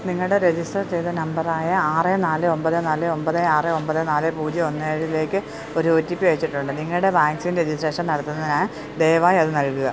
നിങ്ങളുടെ രെജിസ്റ്റർ ചെയ്ത നമ്പറായ ആറ് നാല് ഒൻപത് നാല് ഒൻപത് ആറ് ഒൻപത് നാല് പൂജ്യം ഒന്ന് ഏഴിലേക്ക് ഒരു ഒ ടി പി അയച്ചിട്ടുണ്ട് നിങ്ങളുടെ വാക്സിൻ രെജിസ്ട്രേഷൻ നടത്തുന്നതിന് ദയവായി അത് നൽകുക